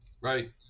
Right